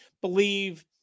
believe